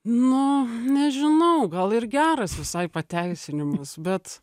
nu nežinau gal ir geras visai pateisinimas bet